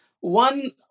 One